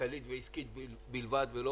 כלכלית ועסקית בלבד, ולא